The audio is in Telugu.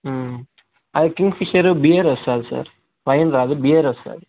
ఆ అది కింగ్ఫిషర్ బీరు వస్తుంది సార్ వైన్ రాదు బీరు వస్తుంది